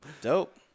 Dope